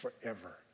forever